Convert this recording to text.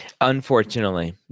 Unfortunately